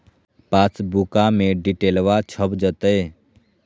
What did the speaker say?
पासबुका में डिटेल्बा छप जयते?